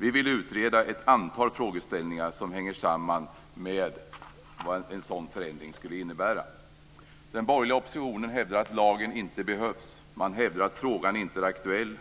Vi vill utreda ett antal frågeställningar, som hänger samman med vad en sådan förändring skulle innebära. Den borgerliga oppositionen hävdar att lagen inte behövs. Man hävdar att frågan inte är aktuell.